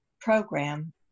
program